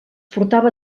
portava